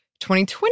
2020